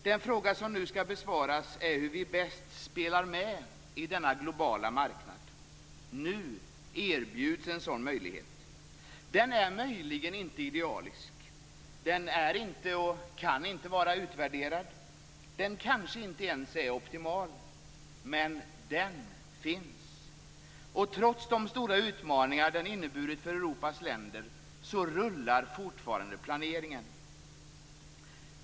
Den fråga som nu skall besvaras är hur vi bäst spelar med i denna globala marknad. Nu erbjuds en sådan möjlighet. Den är möjligen inte idealisk, är inte och kan inte vara utvärderad, kanske inte ens är optimal, men den finns. Och trots de stora utmaningar den inneburit för Europas länder rullar fortfarande planeringen.